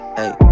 Hey